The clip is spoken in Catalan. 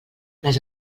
les